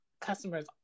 customers